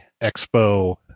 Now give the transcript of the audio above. expo